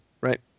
right